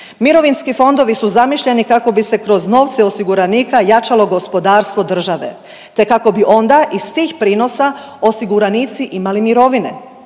Mirovinski fondovi su zamišljeni kako bi se kroz novce osiguranika jačalo gospodarstvo države te kako bi onda iz tih prinosa osiguranici imali mirovine.